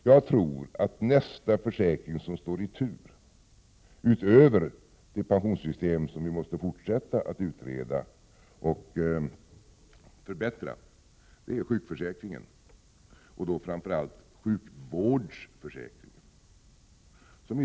Jag tror att nästa försäkring som står på tur, utöver personförsäkringssystemet som vi måste fortsätta att utreda och förbättra, är sjukförsäkringen, då framför allt sjukvårdsförsäkringen.